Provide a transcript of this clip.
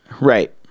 Right